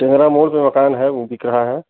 टिंगरामूल पर मकान है वह बिक रहा है